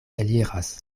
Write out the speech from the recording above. eliras